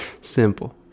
Simple